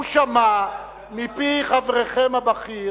הוא שמע מפי חברכם הבכיר,